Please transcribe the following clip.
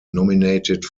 nominated